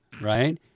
right